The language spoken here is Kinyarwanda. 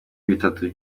bitatu